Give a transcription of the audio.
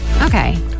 Okay